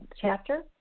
chapter